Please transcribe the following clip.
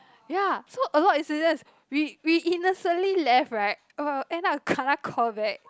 ya so a lot incidents we we innocently left right uh end up kena call back